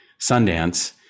Sundance